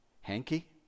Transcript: hanky